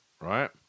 right